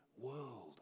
world